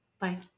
Bye